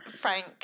Frank